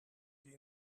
die